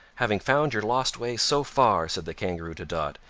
having found your lost way so far! said the kangaroo to dot,